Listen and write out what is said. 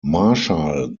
marshal